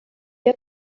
der